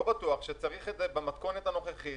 לא בטוח שצריך את זה במתכונת הנוכחית,